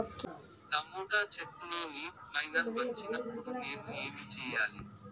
Tomato చెట్టులో leaf miner వచ్చినప్పుడు నేను ఏమి చెయ్యాలి?